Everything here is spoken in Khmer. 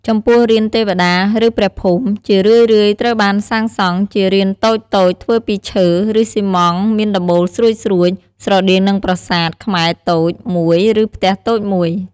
ចំពោះរានទេវតាឬព្រះភូមិ ជារឿយៗត្រូវបានសាងសង់ជារានតូចៗធ្វើពីឈើ ឬស៊ីម៉ង់ត៍មានដំបូលស្រួចៗ ស្រដៀងនឹងប្រាសាទខ្មែរតូចមួយឬផ្ទះតូចមួយ។